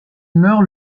meurt